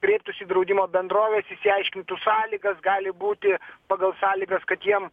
kreiptųsi į draudimo bendroves išsiaiškintų sąlygas gali būti pagal sąlygas kad jiem